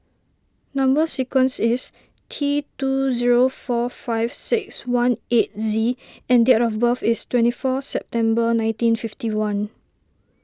Number Sequence is T two zero four five six one eight Z and date of birth is twenty four September nineteen fifty one